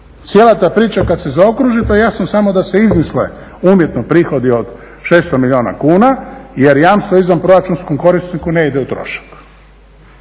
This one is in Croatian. cijela ta priča kad se zaokruži to je jasno samo da se izmisle umjetno prihodi od 600 milijuna kuna jer jamstva izvanproračunskom korisniku ne ide u trošak.